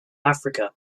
africa